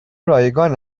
رایگان